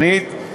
שנית,